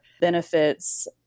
benefits